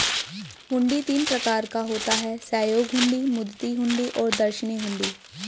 हुंडी तीन प्रकार का होता है सहयोग हुंडी, मुद्दती हुंडी और दर्शनी हुंडी